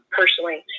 personally